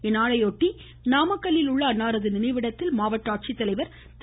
இந்நாளையொட்டி நாமக்கல்லில் உள்ள அன்னாரது நினைவிடத்தில் மாவட்ட ஆட்சித்தலைவர் திரு